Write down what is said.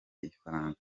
ifaranga